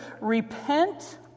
Repent